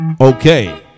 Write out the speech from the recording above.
Okay